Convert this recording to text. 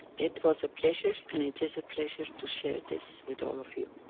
it was a pleasure, and it is a pleasure, to share this with all of you.